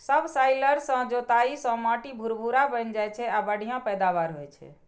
subsoiler सं जोताइ सं माटि भुरभुरा बनि जाइ छै आ बढ़िया पैदावार होइ छै